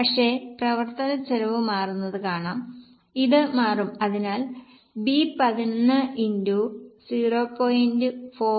പക്ഷേ പ്രവർത്തനച്ചെലവ് മാറുന്നത് കാരണം ഇത് മാറും അതിനാലാണ് B 11 x 0